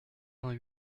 vingt